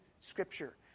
Scripture